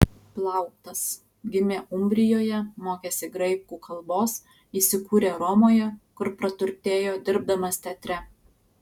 plautas gimė umbrijoje mokėsi graikų kalbos įsikūrė romoje kur praturtėjo dirbdamas teatre